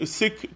sick